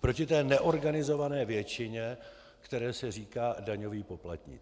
proti té neorganizované většině, které se říká daňový poplatník.